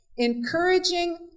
encouraging